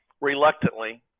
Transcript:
reluctantly